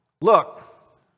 look